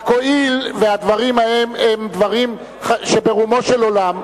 רק הואיל והדברים הם דברים שברומו של עולם,